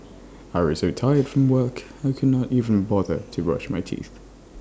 I was so tired from work I could not even bother to brush my teeth